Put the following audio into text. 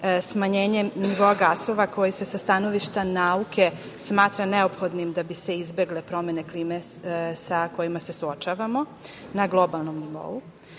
smanjenje nivoa gasova koje se sa stanovišta nauke smatra neophodnim da bi se izbegle promene klime sa kojima se suočavamo na globalnom